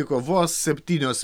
liko vos septynios